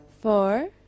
four